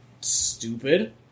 stupid